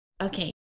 Okay